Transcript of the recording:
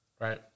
Right